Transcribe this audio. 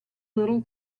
little